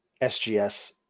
SGS